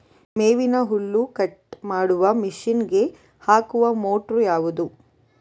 ಮೇವಿನ ಹುಲ್ಲು ಕಟ್ ಮಾಡುವ ಮಷೀನ್ ಗೆ ಹಾಕುವ ಮೋಟ್ರು ಯಾವುದು?